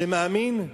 שמאמין?